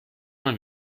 mal